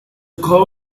call